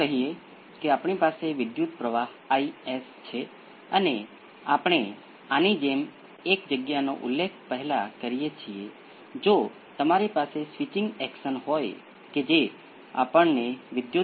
હવે આ બે લીંક છે અને આ પાઠમાં આપણે બે વચ્ચેની લીંક જોશું